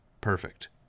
perfect